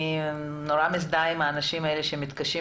אני מאוד מזדהה עם האנשים האלה שמתקשים